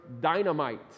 dynamite